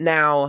Now